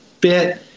bit